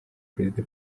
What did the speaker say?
perezida